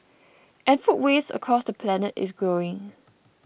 and food waste across the planet is growing